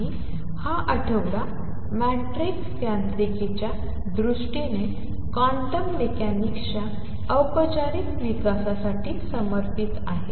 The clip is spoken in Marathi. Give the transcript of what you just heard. आणि हा आठवडा मॅट्रिक्स यांत्रिकीच्या दृष्टीने क्वांटम मेकॅनिक्सच्या औपचारिक विकासासाठी समर्पित आहे